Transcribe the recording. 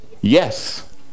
yes